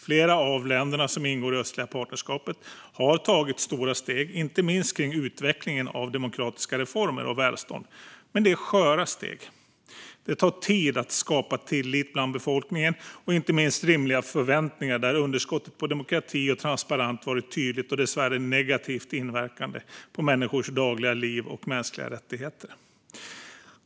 Flera av länderna som ingår i det östliga partnerskapet har tagit stora steg, inte minst kring utvecklingen av demokratiska reformer och välstånd. Men det är sköra steg. Det tar tid att skapa tillit bland befolkningen och inte minst rimliga förväntningar, där underskottet på demokrati och transparens varit tydligt och dessvärre negativt inverkande på människors dagliga liv och mänskliga rättigheter.